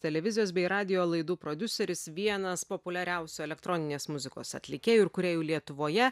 televizijos bei radijo laidų prodiuseris vienas populiariausių elektroninės muzikos atlikėjų ir kūrėjų lietuvoje